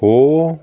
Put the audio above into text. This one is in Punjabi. ਹੋ